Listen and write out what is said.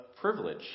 privilege